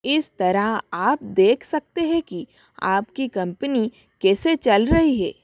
इस तरह आप देख सकते हैं कि आपकी कंपनी कैसे चल रही है